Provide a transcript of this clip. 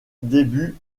début